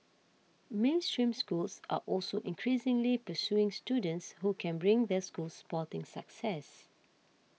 mainstream schools are also increasingly pursuing students who can bring their schools sporting success